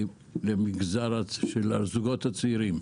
לזוגות צעירים.